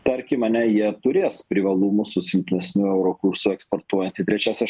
tarkim ane jie turės privalumų su silpnesniu euro kursu eksportuojant į trečiąsias